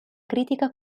critica